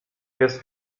jest